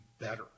better